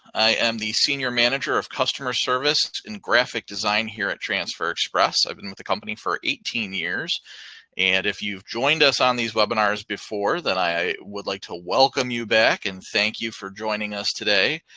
i am the senior manager of customer service and graphic design here at transfer express. i've been with the company for eighteen years and if you've joined us on these webinars before, then i would like to welcome you back, and thank you for joining us today.